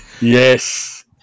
Yes